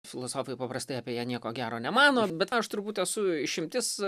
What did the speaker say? filosofai paprastai apie ją nieko gero nemano bet aš turbūt esu išimtis